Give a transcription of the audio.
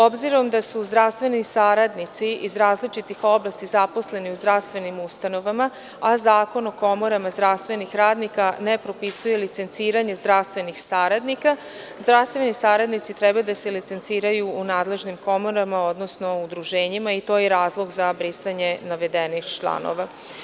Obzirom da su zdravstveni saradnici iz različitih oblasti zaposleni u zdravstvenim ustanovama, a Zakon o komorama zdravstvenih radnika ne propisuje licenciranje zdravstvenih saradnika, zdravstveni saradnici treba da se licenciraju u nadležnim komorama, odnosno udruženjima i to je razlog za brisanje navedenih članova.